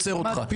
סתימת פיות.